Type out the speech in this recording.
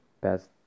best